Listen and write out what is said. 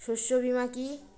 শস্য বীমা কি?